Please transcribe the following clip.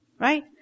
Right